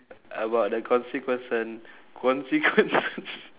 about the consequence~ consequences